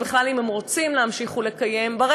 אם הם רוצים בכלל להמשיך ולקיים אותו,